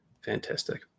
fantastic